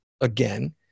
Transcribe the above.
again